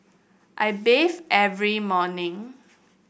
I bathe every morning